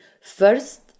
first